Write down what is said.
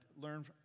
learn